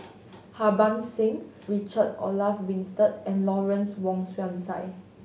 Harbans Singh Richard Olaf Winstedt and Lawrence Wong Shyun Tsai